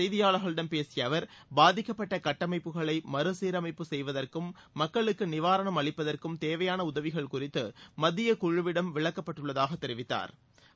செய்தியாளர்களிடம் பேசியஅவர் பின்னர் பாதிக்கப்பட்டகட்டமைப்புகளைமறுசீரமைப்பு செய்வதற்கும் மக்களுக்குநிவாரணம் அளிப்பதற்கும் தேவையாளஉதவிகள் குறித்துமத்தியகுழுவிடம் விளக்கப்பட்டுள்ளதாகதெரிவித்தாா்